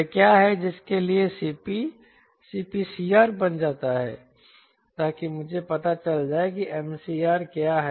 वह क्या है जिसके लिए Cp CPCR बन जाता है ताकि मुझे पता चल जाए कि MCR क्या है